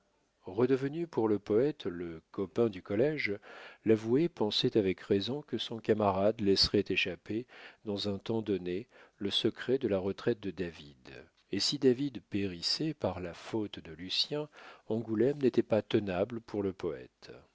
redevenu pour le poète le copin du collége l'avoué pensait avec raison que son camarade laisserait échapper dans un temps donné le secret de la retraite de david et si david périssait par la faute de lucien angoulême n'était pas tenable pour le poète